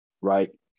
right